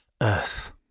Earth